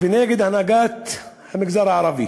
ונגד הנהגת המגזר הערבי,